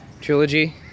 trilogy